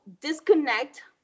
disconnect